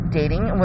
dating